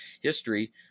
history